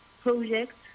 projects